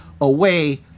away